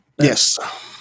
Yes